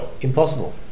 impossible